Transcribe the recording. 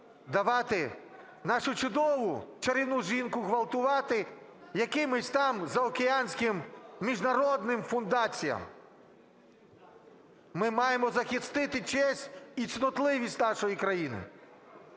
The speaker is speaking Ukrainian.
давати нашу чудову, чарівну жінку ґвалтувати якимсь там заокеанським міжнародним фундаціям. Ми маємо захистити честь і цнотливість нашої країни,